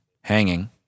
hanging